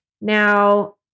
Now